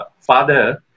father